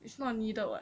it's not needed [what]